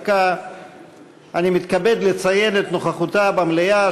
אני מתכבד לציין את נוכחותה במליאה